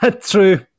True